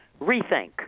rethink